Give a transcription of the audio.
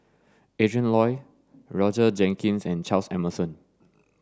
Adrin Loi Roger Jenkins and Charles Emmerson